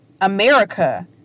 America